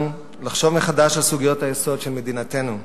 לחשוב מחדש על סוגיות היסוד של מדינתנו.